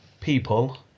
people